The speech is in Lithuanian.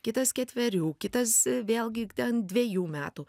kitas ketverių kitas vėlgi ten dvejų metų